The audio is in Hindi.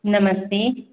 नमस्ते